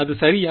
அது சரியா